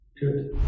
Good